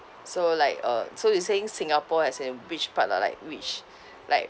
so like uh so you saying singapore as in which part ah like which like